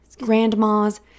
Grandmas